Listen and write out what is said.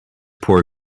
poor